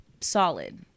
solid